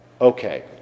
okay